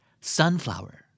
Sunflower